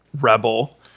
rebel